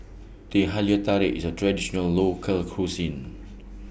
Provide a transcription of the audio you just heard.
Teh Halia Tarik IS A Traditional Local Cuisine